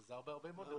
זה עזר הרבה מאוד.